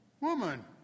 Woman